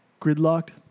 gridlocked